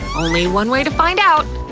only one way to find out.